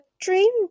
dream